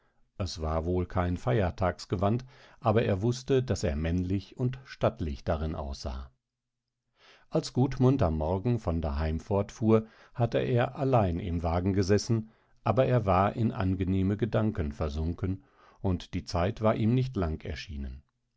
es war wohl kein feiertagsgewand aber er wußte daß er männlich und stattlich darin aussah als gudmund am morgen von daheim fortfuhr hatte er allein im wagen gesessen aber er war in angenehme gedanken versunken und die zeit war ihm nicht lang erschienen